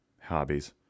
hobbies